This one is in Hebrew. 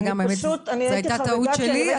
וגם האמת שזאת היתה טעות שלי,